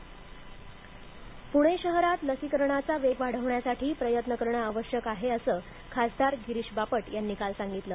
गिरीश बापट पुणे शहरात लसीकरणाचा वेग वाढवण्यासाठी प्रयत्न करणं आवश्यक आहे असं खासदार गिरीश बापट यांनी काल सांगितलं